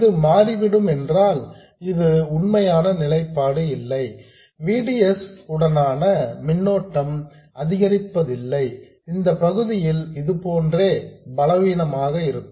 இது மாறிவிடும் ஏனென்றால் இது உண்மையான நிலைப்பாடு இல்லை V D S உடனான மின்னோட்டம் அதிகரிப்பதில்லை இந்த பகுதியில் இது போன்றே பலவீனமாக இருக்கும்